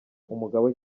umugabo